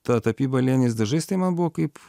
ta tapyba aliejiniais dažais tai man buvo kaip